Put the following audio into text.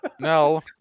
No